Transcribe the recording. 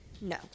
no